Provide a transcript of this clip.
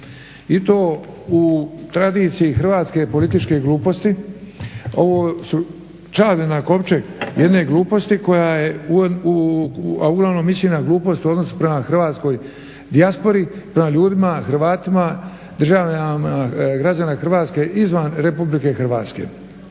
i to u tradiciji hrvatske političke gluposti. Ovo su čavli na kovčeg jedne gluposti, a uglavnom mislim na glupost u odnosu prema hrvatskoj dijaspori, prema ljudima, Hrvatima, državljanima građanima Hrvatske izvan Republike Hrvatske.